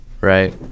Right